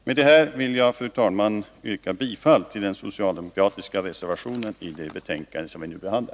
Med detta, fru talman, vill jag yrka bifall till den socialdemokratiska reservationen i det betänkande som vi nu behandlar.